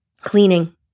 cleaning